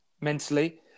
mentally